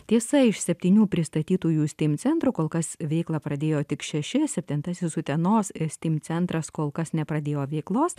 tiesa iš septynių pristatytųjų steam centrų kol kas veiklą pradėjo tik šeši septintasis utenos steam centras kol kas nepradėjo veiklos